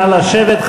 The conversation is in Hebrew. נא לשבת.